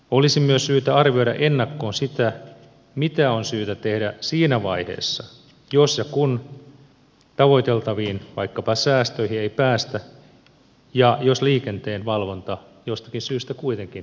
olisi myös syytä arvioida ennakkoon sitä mitä on syytä tehdä siinä vaiheessa jos ja kun vaikkapa tavoiteltaviin säästöihin ei päästä ja jos liikenteenvalvonta jostakin syystä kuitenkin romahtaa